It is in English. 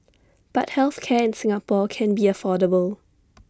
but health care in Singapore can be affordable